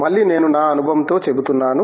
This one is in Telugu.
మళ్ళీ నేను నా అనుభవంతో చెబుతున్నాను